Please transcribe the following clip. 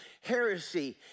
heresy